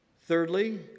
Thirdly